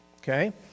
Okay